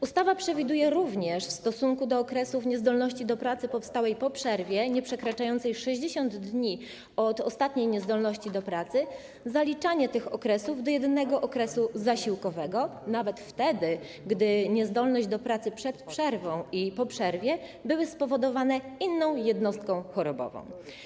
Ustawa przewiduje również w stosunku do okresów niezdolności do pracy powstałej po przerwie nieprzekraczającej 60 dni od ostatniej niezdolności do pracy zaliczanie tych okresów do jednego okresu zasiłkowego, nawet wtedy gdy niezdolność do pracy przed przerwą i po przerwie była spowodowana inną jednostką chorobową.